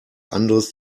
anderes